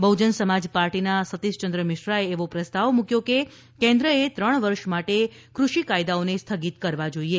બહ્જન સમાજ પાર્ટીના સતીષયંદ્ર મિશ્રાએ એવો પ્રસ્તાવ મૂક્યો કે કેન્દ્રએ ત્રણ વર્ષ માટે ક઼ષિ કાયદાઓને સ્થગિત કરવા જોઈએ